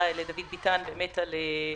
מדינת ישראל היא מדינת עולים,